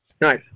Nice